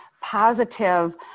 positive